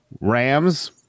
Rams